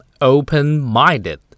open-minded